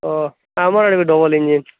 ଓ ଆମର ୟାଡ଼କେ double engine